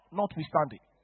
notwithstanding